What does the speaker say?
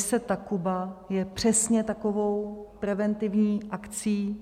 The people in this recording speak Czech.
Mise Takuba je přesně takovou preventivní akcí.